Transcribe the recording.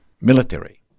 military